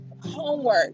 Homework